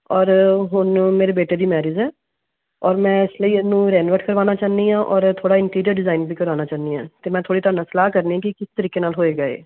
ਔਰ ਹੁਣ ਮੇਰੇ ਬੇਟੇ ਦੀ ਮੈਰਿਜ ਹੈ ਔਰ ਮੈਂ ਇਸ ਲਈ ਇਹਨੂੰ ਰੈਨੋਵੇਟ ਕਰਵਾਉਣਾ ਚਾਹੁੰਦੀ ਹਾਂ ਔਰ ਥੋੜ੍ਹਾ ਇੰਟੀਰੀਅਰ ਡਿਜ਼ਾਇਨ ਵੀ ਕਰਵਾਉਣਾ ਚਾਹੁੰਦੀ ਹਾਂ ਤੇ ਮੈਂ ਥੋੜ੍ਹੀ ਤੁਹਾਡੇ ਨਾਲ ਸਲਾਹ ਕਰਨੀ ਕਿ ਕਿਸ ਤਰੀਕੇ ਨਾਲ ਹੋਏਗਾ ਇਹ